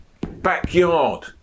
Backyard